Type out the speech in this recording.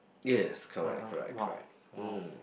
yes correct correct correct mm